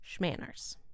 schmanners